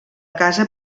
casa